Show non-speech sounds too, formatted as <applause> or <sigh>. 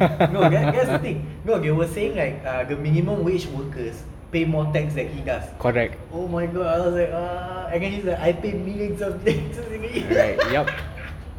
no that's that's the thing no they were saying like ah the minimum wage workers pay more tax than he does correct oh my god I was like ugh and he was like I pay millions of taxes in a year <laughs>